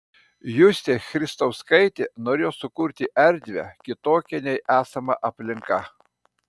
justė christauskaitė norėjo sukurti erdvę kitokią nei esama aplinka